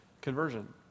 Conversion